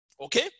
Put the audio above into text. Okay